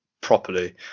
properly